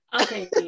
Okay